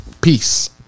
Peace